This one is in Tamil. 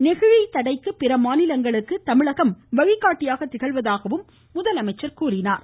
நெகிழி தடைக்கு பிற மாநிலங்களுக்கு தமிழகம் வழிகாட்டியாக திகழ்வதாக முதலமைச்சர் தெரிவித்தார்